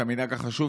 המנהג החשוב,